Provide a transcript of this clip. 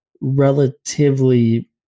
relatively